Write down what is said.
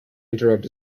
interrupt